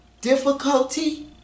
difficulty